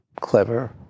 clever